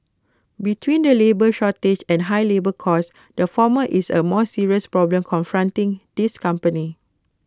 between the labour shortage and high labour costs the former is A more serious problem confronting his companies